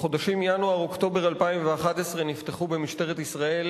בחודשים ינואר אוקטובר 2011 נפתחו במשטרת ישראל